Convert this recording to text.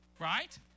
right